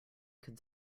could